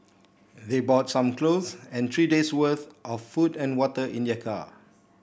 they brought some clothes and three day' worth of food and water in their car